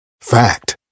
Fact